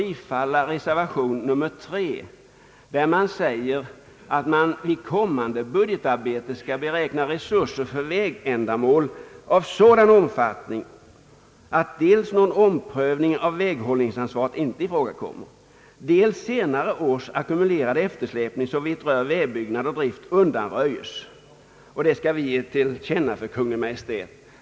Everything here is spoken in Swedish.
I denna reservation hemställes att Kungl. Maj:t vid kommande budgetarbete skall beräkna resurser för vägändamål av sådan omfattning att senare års ackumulerade eftersläpning såvitt rör vägbyggnad och drift undanröjes. Reservanterna anser att riksdagen bör ge detta till känna för Kungl. Maj:t.